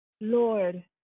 Lord